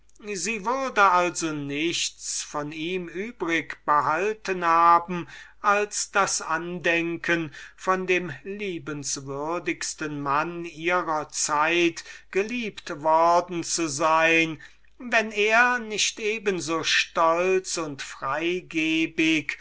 sie würde also nichts von ihm übrig behalten haben als das andenken von dem liebenswürdigsten mann ihrer zeit geliebt worden zu sein wenn er nicht eben so stolz und